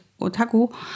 otaku